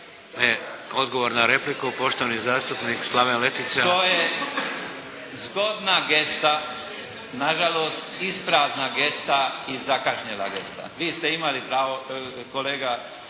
… Odgovor na repliku, poštovani zastupnik Slaven Letica. **Letica, Slaven (Nezavisni)** To je zgodna gesta, na žalost isprazna gesta i zakašnjela gesta. Vi ste imali pravo kolega